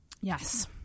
Yes